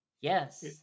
Yes